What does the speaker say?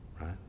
right